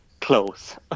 close